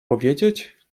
powiedzieć